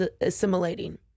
assimilating